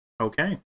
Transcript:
Okay